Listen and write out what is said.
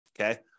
Okay